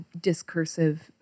discursive